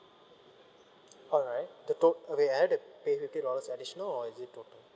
alright the tot~ okay pay fifty dollars additional or is it total